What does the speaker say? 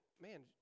man